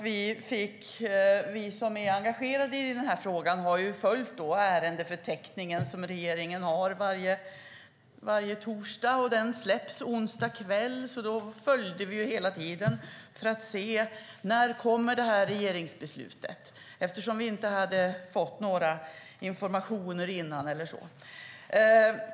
Vi som är engagerade i den här frågan har följt regeringens ärendeförteckning inför varje torsdag - den släpps onsdag kväll - för att se när regeringsbeslutet skulle fattas, eftersom vi inte fått några informationer innan.